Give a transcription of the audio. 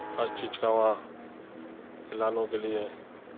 ہر چیز کا وہاں وکلانگوں کے لیے